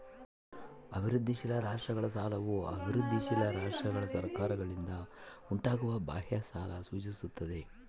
ಅಭಿವೃದ್ಧಿಶೀಲ ರಾಷ್ಟ್ರಗಳ ಸಾಲವು ಅಭಿವೃದ್ಧಿಶೀಲ ರಾಷ್ಟ್ರಗಳ ಸರ್ಕಾರಗಳಿಂದ ಉಂಟಾಗುವ ಬಾಹ್ಯ ಸಾಲ ಸೂಚಿಸ್ತದ